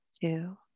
two